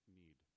need